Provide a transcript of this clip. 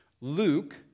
Luke